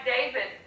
David